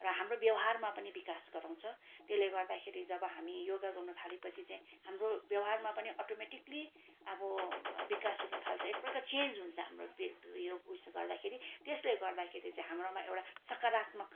र हाम्रो व्यवहारमा पनि विकास गराउँछ त्यसले गर्दाखेरि जब हामी योगा गर्नु थाल्योपछि चैँ हाम्रो व्यवहारमा पनि अटोमेटिक्ली अब विकास हुनुथाल्छ एक प्रकारको चेन्ज हुन्छ हाम्रो पेट उयो उइस गर्दाखेरि त्यसले गर्दाखेरि चाहिँ हाम्रोमा एउटा सकारात्मक